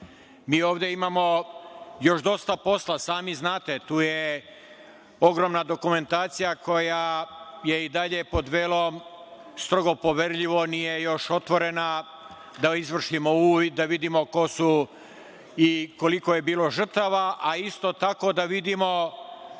ovde imamo još dosta posla. I sami znate, tu je ogromna dokumentacija koja je i dalje pod velom „strogo poverljivo“, nije još otvorena da izvršimo uvid, da vidimo ko su i koliko je bilo žrtava, a isto tako da vidimo